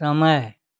समय